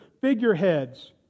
figureheads